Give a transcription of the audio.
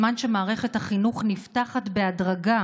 בזמן שמערכת החינוך נפתחת בהדרגה